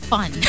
Fun